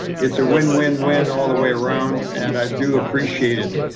it's a win, win, win all the way around, and i do appreciate it.